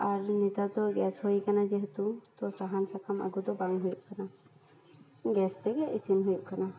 ᱟᱨ ᱱᱮᱛᱟᱨ ᱫᱚ ᱜᱮᱥ ᱦᱩᱭᱟᱠᱟᱱᱟ ᱡᱮᱦᱮᱛᱩ ᱛᱳ ᱥᱟᱦᱟᱱ ᱥᱟᱠᱟᱢ ᱟᱹᱜᱩᱫᱚ ᱵᱟᱝ ᱦᱩᱭᱩᱜ ᱠᱟᱱᱟ ᱜᱮᱥ ᱛᱮᱜᱮ ᱤᱥᱤᱱ ᱦᱩᱭᱩᱜ ᱠᱟᱱᱟ